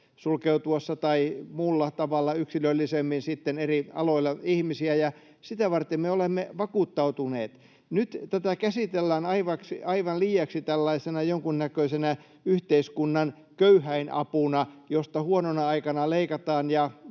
muulla tavalla yksilöllisemmin ihmisiä eri aloilla, ja sitä varten me olemme vakuuttautuneet. Nyt tätä käsitellään aivan liiaksi tällaisena jonkunnäköisenä yhteiskunnan köyhäinapuna, josta huonona aikana leikataan,